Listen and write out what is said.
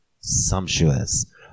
sumptuous